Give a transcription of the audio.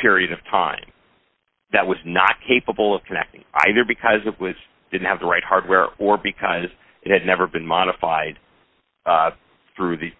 period of time that was not capable of connecting either because it was didn't have the right hardware or because it had never been modified through the